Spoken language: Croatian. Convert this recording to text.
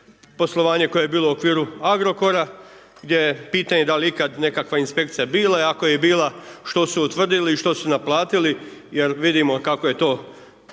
poslovanje koje je bilo u okviru Agrokora, gdje je pitanje dal je ikad nekakva inspekcija bila, i ako je i bila, što su utvrdili i što su naplatili, jer vidimo kako je to bilo,